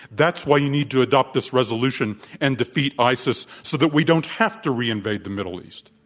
that's why you need to adopt this resolution and defeat isis so that we don't have to reinvade the middle east.